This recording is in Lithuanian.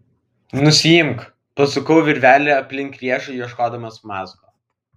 nusiimk pasukau virvelę aplink riešą ieškodamas mazgo